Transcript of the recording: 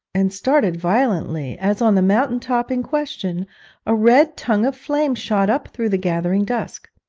and started violently, as on the mountain-top in question a red tongue of flame shot up through the gathering dusk